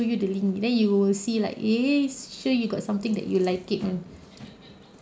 share you the link then you will see like eh sure you got something that you like it [one]